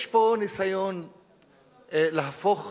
יש פה ניסיון להפוך